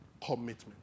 commitment